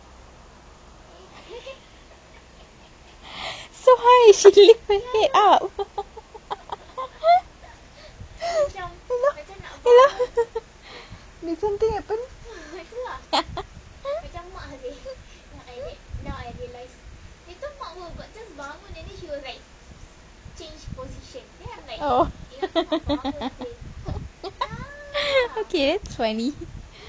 so high she can lift her head up oh okay it's funny